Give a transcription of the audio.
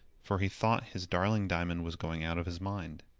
for he thought his darling diamond was going out of his mind.